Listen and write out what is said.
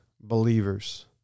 believers